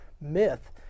myth